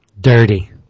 Dirty